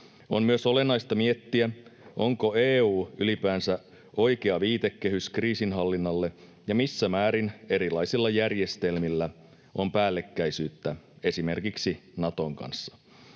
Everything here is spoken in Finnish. On myös olennaista miettiä, onko EU ylipäänsä oikea viitekehys kriisinhallinnalle ja missä määrin erilaisilla järjestelmillä on päällekkäisyyttä esimerkiksi Naton kanssa.